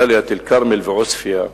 דאלית-אל-כרמל ועוספיא,